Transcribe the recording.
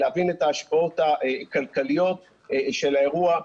להבין את ההשפעות הכלכליות של האירוע.